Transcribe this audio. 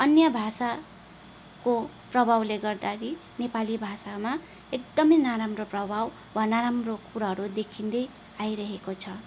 अन्य भाषाको प्रभावले गर्दा र नेपाली भाषामा एकदमै नराम्रो प्रभाव वा नराम्रो कुराहरू देखिँदै आइरहेको छ